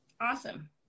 Awesome